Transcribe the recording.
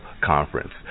conference